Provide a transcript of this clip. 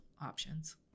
options